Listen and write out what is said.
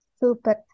super